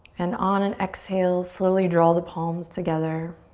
and on an exhale, slowly draw the palms together.